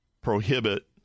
prohibit